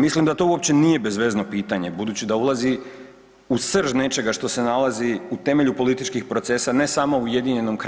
Mislim da to uopće nije bezvezno pitanje budući da ulazi u srž nečega što se nalazi u temelju političkih procesa, ne samo u UK